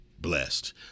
blessed